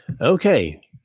Okay